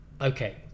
Okay